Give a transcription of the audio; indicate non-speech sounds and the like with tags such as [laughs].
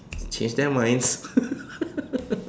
change their minds [laughs]